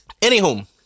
Anywho